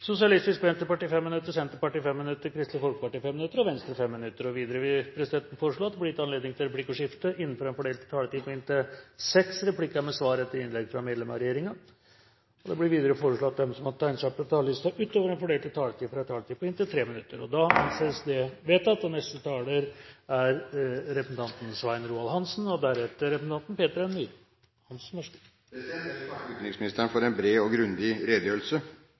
Sosialistisk Venstreparti 5 minutter, Senterpartiet 5 minutter, Kristelig Folkeparti 5 minutter, Venstre 5 minutter. Videre vil presidenten foreslå at det blir gitt anledning til replikkordskifte på inntil seks replikker med svar etter innlegg fra medlem av regjeringen innenfor den fordelte taletid. Videre blir det foreslått at de som måtte tegne seg på talerlisten utover den fordelte taletid, får en taletid på inntil 3 minutter. – Det anses vedtatt. Først vil jeg takke utenriksministeren for en god redegjørelse. EØS-avtalen er hjørnesteinen i Norges forhold til Europa, både for bedrifter, for arbeidsplasser og